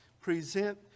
present